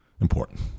important